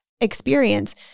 experience